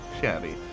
shabby